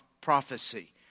prophecy